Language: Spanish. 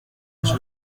pasó